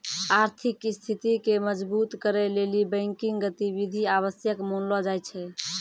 आर्थिक स्थिति के मजबुत करै लेली बैंकिंग गतिविधि आवश्यक मानलो जाय छै